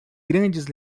grandes